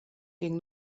ging